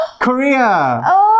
Korea